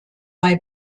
bei